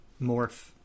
morph